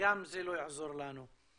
גם זה לא יעזור לנו.